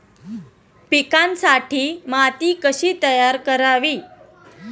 पिकांसाठी माती कशी तयार करावी?